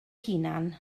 hunan